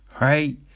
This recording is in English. right